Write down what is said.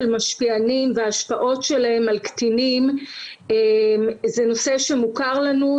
משפיענים וההשפעות שלהם על קטינים זה נושא שמוכר לנו,